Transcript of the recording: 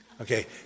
Okay